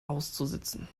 auszusitzen